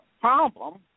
problem